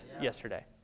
yesterday